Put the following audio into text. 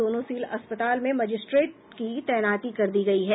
दोनों सील अस्पताल में मजिस्ट्रेट की तैनाती कर दी गयी है